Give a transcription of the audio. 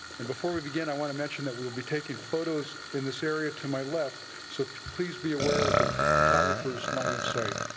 and before we begin, i want to mention that we will be taking photos in this area to my left. so please be aware of the photographers line of sight